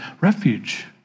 refuge